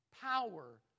power